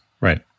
Right